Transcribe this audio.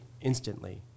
instantly